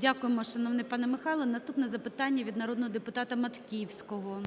Дякуємо, шановний пане Михайле. Наступне запитання від народного депутата Матківського. 12:52:04 МАТКІВСЬКИЙ